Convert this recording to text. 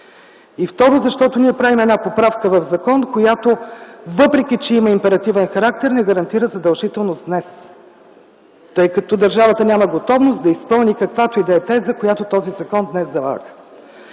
И второ, защото ние правим една поправка в закон, която, въпреки че има императивен характер, не гарантира задължителност днес, тъй като държавата няма готовност да изпълни каквато и да е теза, която този закон днес залага.